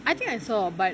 I think I saw but